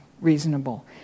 reasonable